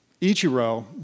Ichiro